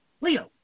Leo